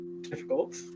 difficult